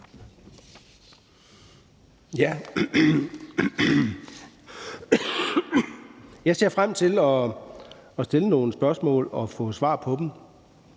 Jeg ser frem til at stille nogle spørgsmål og få svar på dem.